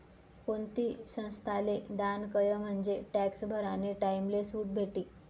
कोणती संस्थाले दान कयं म्हंजे टॅक्स भरानी टाईमले सुट भेटी